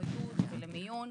פוריות ולמיון.